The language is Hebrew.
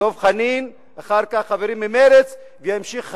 דב חנין, אחר כך חברים ממרצ, וזה ימשיך הלאה.